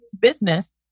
business